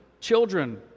Children